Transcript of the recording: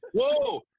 whoa